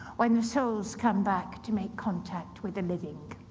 when the souls come back to make contact with the living.